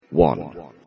One